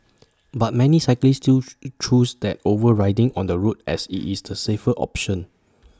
but many cyclists still choose that over riding on the road as IT is the safer option